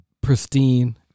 pristine